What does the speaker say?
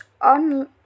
on